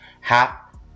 Hap